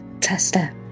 tester